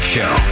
Show